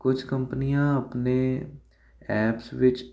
ਕੁਛ ਕੰਪਨੀਆਂ ਆਪਣੇ ਐਪਸ ਵਿੱਚ